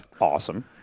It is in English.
Awesome